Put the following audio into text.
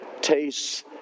tastes